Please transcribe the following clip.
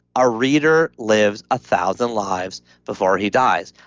a reader lives a thousand lives before he dies.